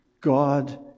God